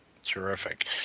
Terrific